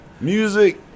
music